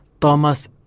thomas